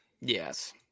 Yes